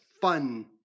fun